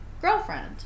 girlfriend